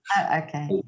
Okay